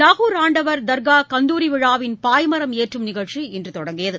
நாகூர் ஆண்டவர் தர்காகந்தாரிவிழாவின் பாய்மரம் ஏற்றும் நிகழ்ச்சி இன்றுதொடங்கியது